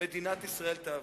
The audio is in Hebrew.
מדינת ישראל תעבוד.